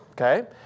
Okay